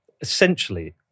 essentially